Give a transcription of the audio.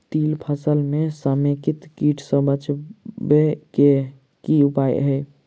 तिल फसल म समेकित कीट सँ बचाबै केँ की उपाय हय?